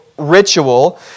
ritual